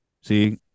See